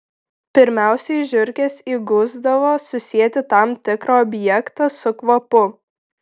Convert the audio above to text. pirmiausiai žiurkės įgusdavo susieti tam tikrą objektą su kvapu